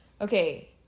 Okay